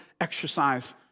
exercise